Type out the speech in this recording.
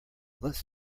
lets